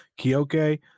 Kiyoke